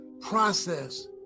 process